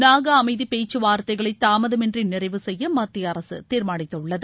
நாகா அமைதி பேச்சு வார்த்தைகளை தாமதமின்றி நிறைவு செய்ய மத்திய அரசு தீர்மானித்துள்ளது